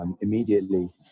Immediately